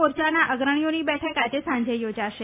મોરચાના અગ્રણીઓની બેઠક આજે સાંજે યોજાશે